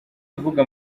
avuga